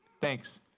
Thanks